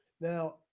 Now